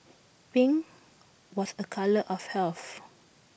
pink was A colour of health